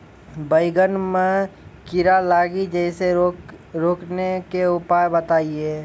बैंगन मे कीड़ा लागि जैसे रोकने के उपाय बताइए?